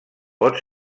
pot